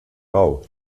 rau